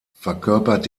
verkörpert